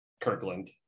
Kirkland